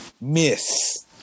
miss